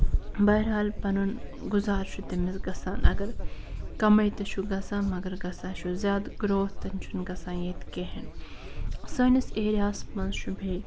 بحرحال پَنُن گُزارٕ چھُ تٔمِس گژھان اَگر کَمٕے تہِ چھُ گژھان مَگر گژھان چھُ زیادٕ گرٛوتھ تہِ چھُنہٕ ییٚتہِ گژھان ییٚتہِ کیٚنٛہہ سٲنِس ایریاہَس منٛز چھُ بیٚیہِ